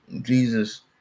Jesus